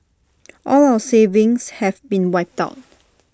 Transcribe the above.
all our savings have been wiped out